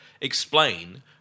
explain